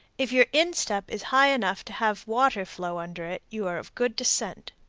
if your instep is high enough to have water flow under it, you are of good descent.